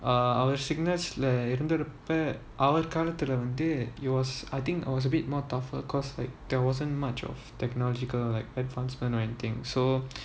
uh our sickness ல இருந்துட்டு அவர் காலத்துல:la irunthutu avar kaalathula yours I think I was a bit more tougher because like there wasn't much of technological like advancement or anything so